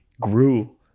grew